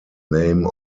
name